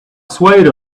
swayed